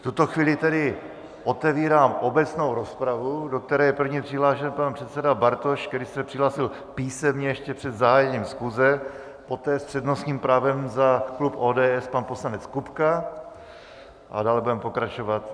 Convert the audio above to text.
V tuto chvíli tedy otevírám obecnou rozpravu, do které je první přihlášen pan předseda Bartoš, který se přihlásil písemně ještě před zahájením schůze, poté s přednostním právem za klub ODS pan poslanec Kupka a dále budeme pokračovat.